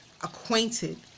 acquainted